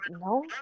no